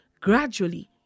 gradually